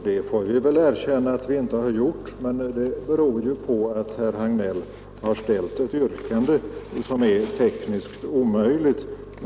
Vi får erkänna att vi inte har gjort det, men det beror ju på att herr Hagnell har ställt ett yrkande som är tekniskt omöjligt.